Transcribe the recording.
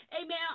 amen